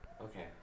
Okay